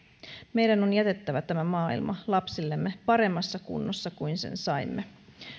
meidän on jätettävä tämä maailma lapsillemme paremmassa kunnossa kuin missä sen saimme